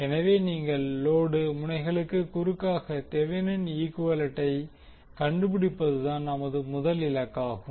எனவே நீங்கள் லோடு முனைகளுக்கு குறுக்காக தெவினின் ஈகுவேலன்டை கண்டுபிடிப்பதுதான் நமது முதல் இலக்காகும்